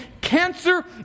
cancer